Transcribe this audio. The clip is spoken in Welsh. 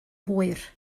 hwyr